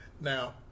Now